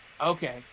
Okay